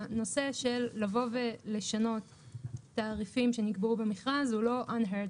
הנושא של לבוא ולשנות תעריפים שנקבעו במכרז הוא לא דבר שלא נשמע כמוהו.